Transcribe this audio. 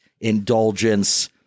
indulgence